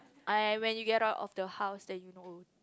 I when you get out of the house then you know